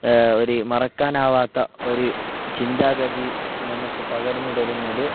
ഒരു മറക്കാൻ ആവാത്ത ഒരു ചിന്താഗതി നമ്മൾക്ക് പകർന്നു തരുന്നത്